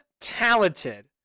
talented